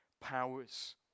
powers